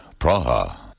Praha